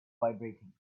vibrating